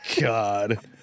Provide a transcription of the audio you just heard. God